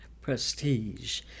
prestige